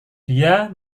dia